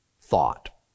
thought